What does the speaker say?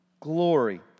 Glory